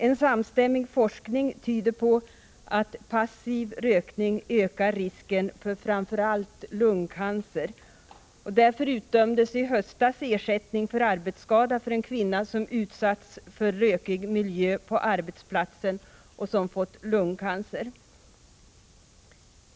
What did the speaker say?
En samstämmig forskning tyder på att passiv rökning ökar risken för framför allt lungcancer. Därför utdömdes i höstas ersättning för arbetsskada för en kvinna som utsatts för rökig miljö på arbetsplatsen och som fått lungcancer.